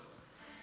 אשדוד.